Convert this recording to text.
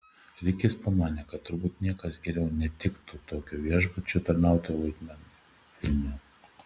rikis pamanė kad turbūt niekas geriau netiktų tokio viešbučio tarnautojo vaidmeniui filme